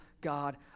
God